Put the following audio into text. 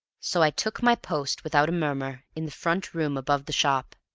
so i took my post without a murmur in the front room above the shop.